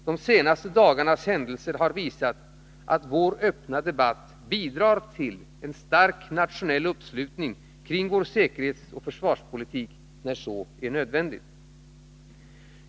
De senaste dagarnas händelser har visat att vår öppna debatt bidrar till en stark nationell uppslutning kring vår säkerhetsoch försvarspolitik när så är nödvändigt.